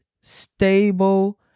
stable